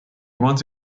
once